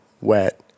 wet